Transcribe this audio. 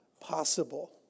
possible